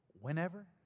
whenever